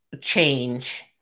change